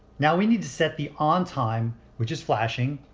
now we need to set the on time which is flashing.